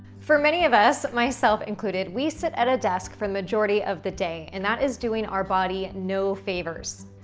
for many of us, myself included, we sit at a desk for the majority of the day, and that is doing our body no favors.